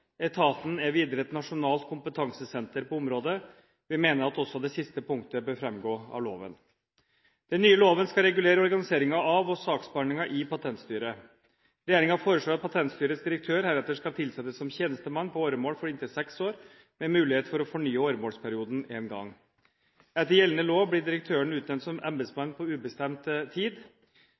Etaten er videre et nasjonalt kompetansesenter på området. Vi mener at også det siste punktet bør framgå av loven. Den nye loven skal regulere organiseringen av og saksbehandlingen i Patentstyret. Regjeringen foreslår at Patentstyrets direktør heretter skal tilsettes som tjenestemann på åremål for inntil seks år, med mulighet for å fornye åremålsperioden én gang. Etter gjeldende lov blir direktøren utnevnt som embetsmann på ubestemt tid.